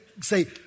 say